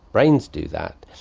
brains do that.